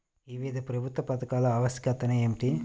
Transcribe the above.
వివిధ ప్రభుత్వా పథకాల ఆవశ్యకత ఏమిటి?